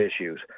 issues